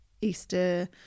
Easter